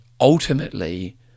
ultimately